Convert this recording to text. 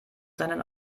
seinen